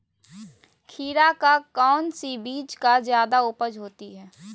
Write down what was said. खीरा का कौन सी बीज का जयादा उपज होती है?